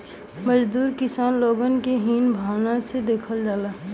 मजदूर किसान लोग के हीन भावना से देखल जाला